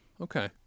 okay